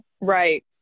Right